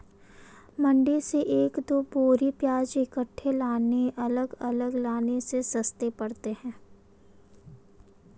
मंडी से एक दो बोरी प्याज इकट्ठे लाने अलग अलग लाने से सस्ते पड़ते हैं